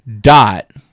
dot